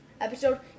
episode